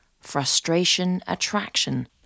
frustration-attraction